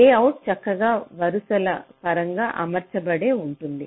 layout చక్కగా వరుసల పరంగా అమర్చబడి ఉంటుంది